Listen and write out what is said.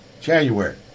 January